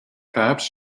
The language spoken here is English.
caps